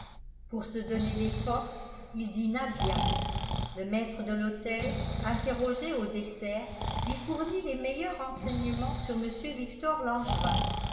pour se donner des forces il dîna bien le maître de l'hôtel interrogé au dessert lui fournit les meilleurs renseignements sur mr victor langevin